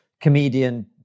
comedian